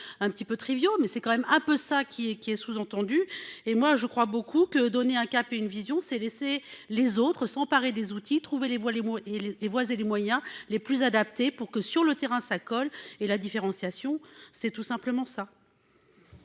un petit peu triviaux mais c'est quand même un peu ça qui est qui est sous-entendu et moi je crois beaucoup que donner un cap et une vision c'est laisser les autres s'emparer des outils trouver les voies les mots et les les voies et les moyens les plus adaptées pour que sur le terrain ça colle et la différenciation c'est tout simplement ça.